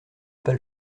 pas